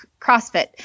CrossFit